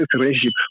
relationship